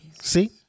See